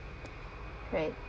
right